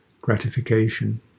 gratification